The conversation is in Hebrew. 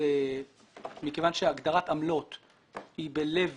ומכיוון שהגדרת עמלות היא בלב